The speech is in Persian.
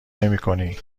نمیکنی